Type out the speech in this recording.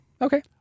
Okay